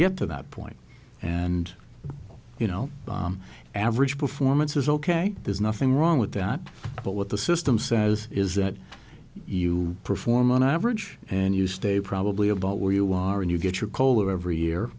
get to that point and you know average performance is ok there's nothing wrong with that but what the system says is that you perform on average and you stay probably about where you are and you get your koehler every year